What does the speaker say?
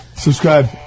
subscribe